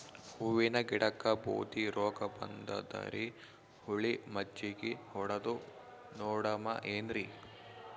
ಹೂವಿನ ಗಿಡಕ್ಕ ಬೂದಿ ರೋಗಬಂದದರಿ, ಹುಳಿ ಮಜ್ಜಗಿ ಹೊಡದು ನೋಡಮ ಏನ್ರೀ?